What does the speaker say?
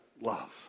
love